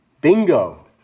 Bingo